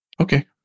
Okay